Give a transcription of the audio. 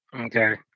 okay